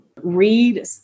read